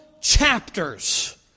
chapters